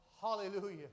Hallelujah